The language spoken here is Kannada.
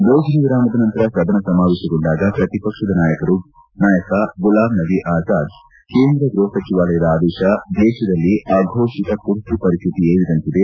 ಭೋಜನ ವಿರಾಮದ ನಂತರ ಸದನ ಸಮಾವೇಶಗೊಂಡಾಗ ಪ್ರತಿಪಕ್ಷದ ನಾಯಕ ಗುಲಾಮ್ ನಬೀ ಅಜಾದ್ ಕೇಂದ್ರ ಗ್ನಹ ಸಚಿವಾಲಯದ ಆದೇಶ ದೇಶದಲ್ಲಿ ಅಘೋಷಿತ ತುರ್ತು ಪರಿಸ್ಥಿತಿ ಏರಿದಂತಿದೆ